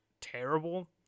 terrible